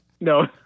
No